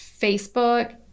Facebook